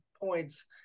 points